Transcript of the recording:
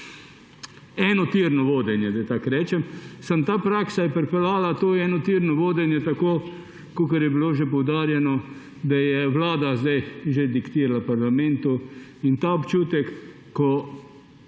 enotirno vodenje, da tako rečem. Samo ta praksa je pripeljala to enotirno vodenje do tega, kakor je bilo že poudarjeno, da je vlada zdaj že diktirala parlamentu, in občutka, ko